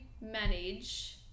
manage